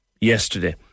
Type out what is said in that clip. yesterday